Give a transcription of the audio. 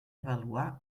avaluar